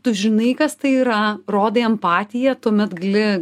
tu žinai kas tai yra rodai empatiją tuomet gali